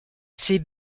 ces